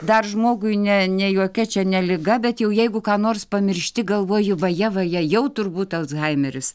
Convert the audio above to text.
dar žmogui ne ne jokia čia ne liga bet jau jeigu ką nors pamiršti galvoju vaje vaje jau turbūt alzhaimeris